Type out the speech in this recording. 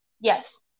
Yes